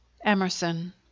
EMERSON